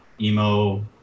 emo